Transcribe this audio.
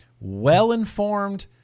well-informed